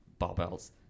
Barbells